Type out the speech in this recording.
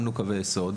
שמנו קווי יסוד,